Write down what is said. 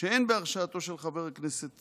שאין בהרשעתו של חבר הכנסת